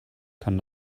kann